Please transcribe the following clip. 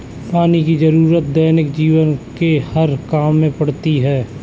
पानी की जरुरत दैनिक जीवन के हर काम में पड़ती है